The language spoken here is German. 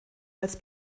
als